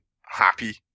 happy